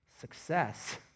success